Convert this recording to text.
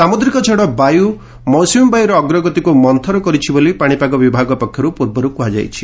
ସାମୁଦ୍ରିକ ଝଡ଼ 'ବାୟୁ' ମୌସୁମୀବାୟୁର ଅଗ୍ରଗତିକୁ ମନ୍ତର କରିଛି ବୋଲି ପାଣିପାଗ ବିଭାଗ ପକ୍ଷରୁ ପୂର୍ବରୁ କୁହାଯାଇଛି